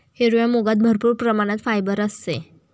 हिरव्या मुगात भरपूर प्रमाणात फायबर असते